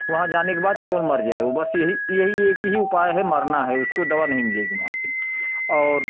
वहाँ जाने के बाद केवल मर जाए वह बस यही यही एक ही उपाय है मरना है उसको दवा नहीं मिलेगी वहाँ से और